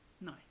No